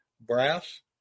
brass